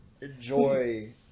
enjoy